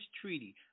treaty